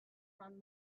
found